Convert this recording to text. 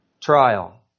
trial